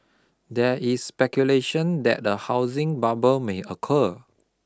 there is speculation that a housing bubble may occur